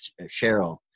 Cheryl